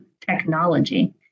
technology